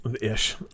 ish